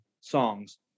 songs